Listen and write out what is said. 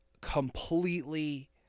completely